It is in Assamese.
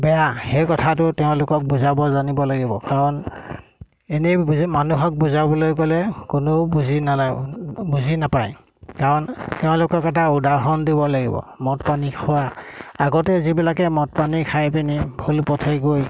বেয়া সেই কথাটো তেওঁলোকক বুজাব জানিব লাগিব কাৰণ এনেই বুজি মানুহক বুজাবলৈ গ'লে কোনো বুজি নালা বুজি নাপায় কাৰণ তেওঁলোকক এটা উদাহৰণ দিব লাগিব মদ পানী খোৱা আগতে যিবিলাকে মদ পানী খাই পিনি ভুল পথে গৈ